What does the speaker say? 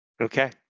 Okay